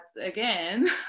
again